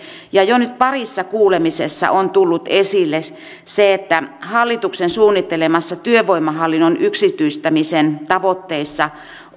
ja jo nyt parissa kuulemisessa on tullut esille se se että hallituksen suunnittelemissa työvoimahallinnon yksityistämisen tavoitteissa